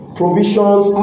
provisions